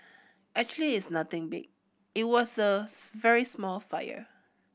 actually it's nothing big it was a very small fire